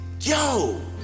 yo